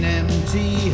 empty